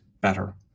better